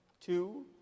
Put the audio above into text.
two